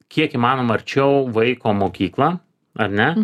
kiek įmanoma arčiau vaiko mokyklą ar ne